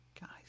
Guys